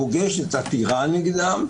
מוגשת עתירה נגדם,